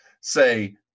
say